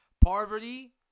Poverty